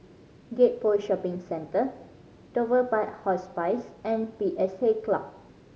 Gek Poh Shopping Centre Dover Park Hospice and P S A Club